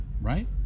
right